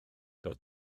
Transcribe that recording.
doedd